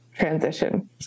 transition